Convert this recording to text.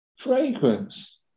fragrance